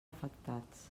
afectats